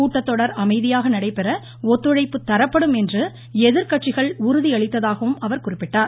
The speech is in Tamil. கூட்டத்தொடர் அமைதியாக நடைபெற ஒத்துழைப்பு தரப்படும் என்று எதிர்க்கட்சிகள் உறுதியளித்ததாகவும் அவர் குறிப்பிட்டார்